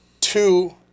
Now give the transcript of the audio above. two